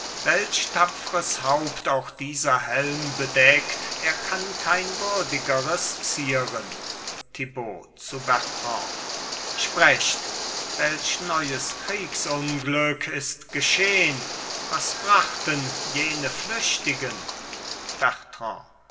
welch tapfres haupt auch dieser helm bedeckt er kann kein würdigeres zieren thibaut zu bertrand sprecht welch neues kriegesunglück ist geschehn was brachten jene flüchtigen bertrand